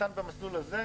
ניתן במסלול הזה,